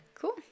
Cool